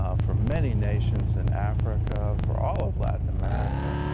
ah for many nations in africa, for all of latin-america.